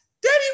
Daddy